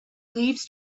leaves